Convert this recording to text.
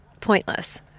pointless